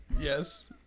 Yes